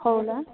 সৰু ল'ৰা